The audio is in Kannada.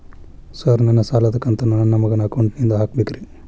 ಸರ್ ನನ್ನ ಸಾಲದ ಕಂತನ್ನು ನನ್ನ ಮಗನ ಅಕೌಂಟ್ ನಿಂದ ಹಾಕಬೇಕ್ರಿ?